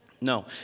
No